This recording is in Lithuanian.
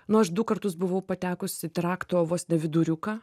nors du kartus buvau patekusi trakto vos ne viduriuką